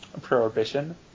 prohibition